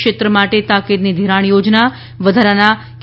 ક્ષેત્ર માટે તાકીદની ઘિરાણ યોજના વધારાના કે